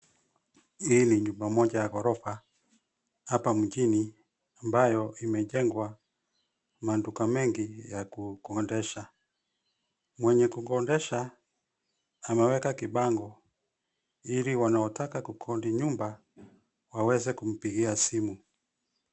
Hii ni nyumba moja ya ghorofa, hapa mjini, ambayo imejengwa, maduka mengi ya kukodisha. Mwenye kukodisha, ameweka kibango, ili wanaotaka kukodi nyumba, waweze kumpigia simu.